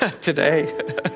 today